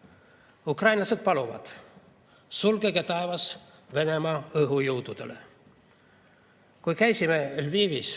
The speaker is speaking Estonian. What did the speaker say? öösel. Ukrainlased paluvad: "Sulgege taevas Venemaa õhujõududele!" Kui käisime Lvivis,